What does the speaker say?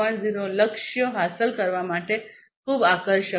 0 લક્ષ્યો હાંસલ કરવા માટે ખૂબ આકર્ષક છે